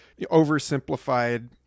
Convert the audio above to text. oversimplified